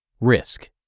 Risk